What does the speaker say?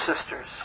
sisters